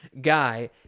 Guy